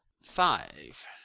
five